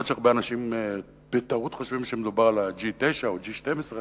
אף-על-פי שהרבה אנשים חושבים בטעות שמדובר על ה-G-9 או על G-12,